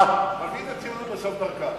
מביא את הציונות לסוף דרכה.